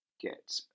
get